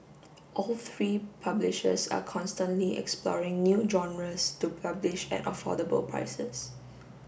all three publishers are constantly exploring new genres to publish at affordable prices